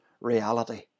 reality